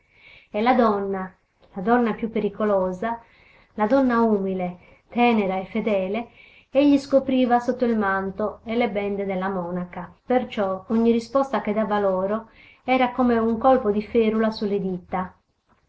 e la donna la donna più pericolosa la donna umile tenera e fedele egli scopriva sotto il manto e le bende della monaca perciò ogni risposta che dava loro era come un colpo di ferula su le dita